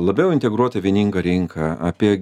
labiau integruotą vieningą rinką apie